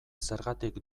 zergatik